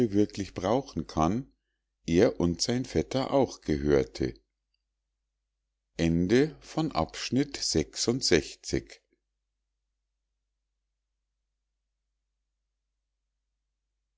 wirklich brauchen kann er und sein vetter auch gehörte